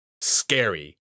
scary